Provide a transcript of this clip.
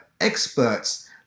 experts